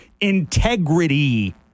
integrity